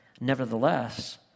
Nevertheless